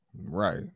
Right